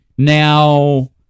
Now